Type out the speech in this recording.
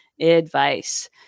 advice